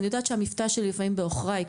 אני יודעת שהמבטא שלי לפעמים בעוכריי,